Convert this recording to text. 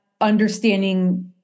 understanding